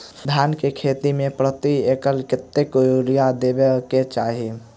धान केँ खेती मे प्रति एकड़ कतेक यूरिया देब केँ चाहि?